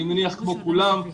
אני מניח כמו כולם.